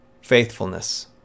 Faithfulness